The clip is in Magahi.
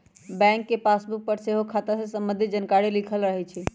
बैंक के पासबुक पर सेहो खता से संबंधित जानकारी लिखल रहै छइ